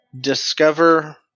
discover